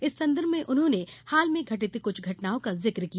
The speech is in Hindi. इस संदर्भ में उन्होंने हाल में घटित कुछ घटनाओं का जिक्र किया